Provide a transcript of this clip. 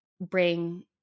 bring